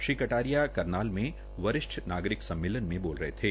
श्री कटारिया करनाल में वरिष्ट नागरिक सम्मेलन में बोल रहे थे